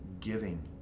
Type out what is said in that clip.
giving